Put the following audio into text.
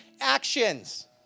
actions